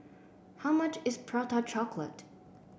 how much is Prata Chocolate